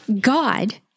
God